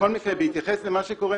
בהתייחס למה שקורה,